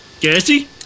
Gassy